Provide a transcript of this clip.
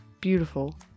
Beautiful